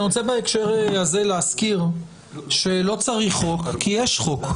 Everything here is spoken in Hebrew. אני רוצה בהקשר הזה להזכיר שלא צריך חוק כי יש חוק.